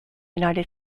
united